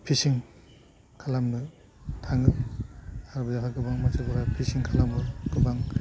fishing खालामनो थाङो आरो बेहाय गोबां मानसिफ्रा फिशिं खालामो गोबां